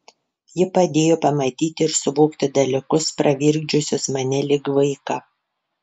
ji padėjo pamatyti ir suvokti dalykus pravirkdžiusius mane lyg vaiką